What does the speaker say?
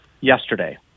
yesterday